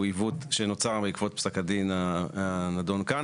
עיוות שנוצר בעקבות פסק הדין הנדון כאן.